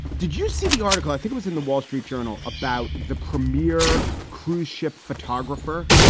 did you see the article i think was in the wall street journal about the premiere cruise ship photographer?